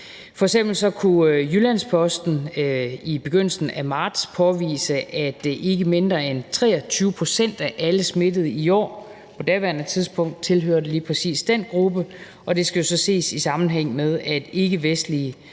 kunne Jyllands-Posten i begyndelsen af marts påvise, at ikke mindre end 23 pct. af alle smittede i år på daværende tidspunkt tilhørte lige præcis den gruppe, og det skal jo så ses i sammenhæng med, at ikkevestlige